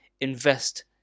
invest